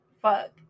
Fuck